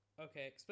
Okay